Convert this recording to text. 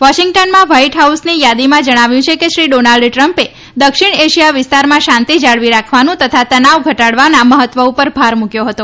વોશીંગ્ટનમાં white હાઉસની યાદીમાં જણાવ્યું છે કે શ્રી ડોનાલ્ડ ટ્રમ્પે દક્ષિણ એશિયા વિસ્તારમાં શાંતિ જાળવી રાખવાનું તથા તનાવ ઘટાડવાના મહત્વ ઉપર ભાર મૂક્યો હતો